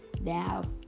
Now